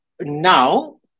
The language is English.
Now